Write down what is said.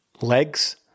legs